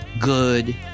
good